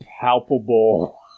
palpable